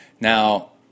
Now